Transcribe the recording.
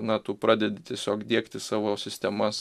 na tu pradedi tiesiog diegti savo sistemas